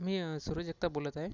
मी सूरज जगताप बोलत आहे